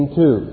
two